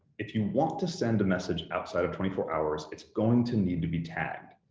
if you want to send a message outside of twenty four hours, it's going to need to be tagged,